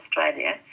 Australia